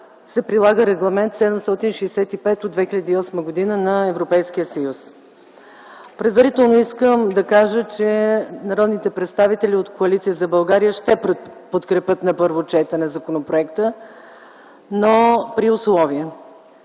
се прилага Регламент № 765 от 2008 г. на Европейския съюз. Предварително искам да кажа, че народните представители от Коалиция за България ще подкрепят на първо четене законопроекта, но при условие.